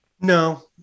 no